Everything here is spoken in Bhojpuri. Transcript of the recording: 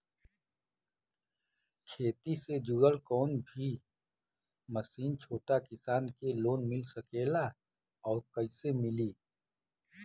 खेती से जुड़ल कौन भी मशीन छोटा किसान के लोन मिल सकेला और कइसे मिली?